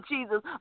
Jesus